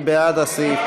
מי בעד הסעיף?